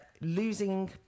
losing